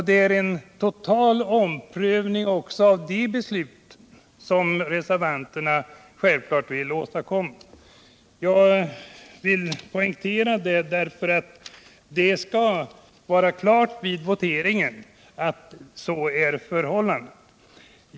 Det är en total omprövning av dessa beslut som reservanterna självklart vill förverkliga. Jag vill poängtera det därför att det skall vara klart vid voteringen att så är förhållandet.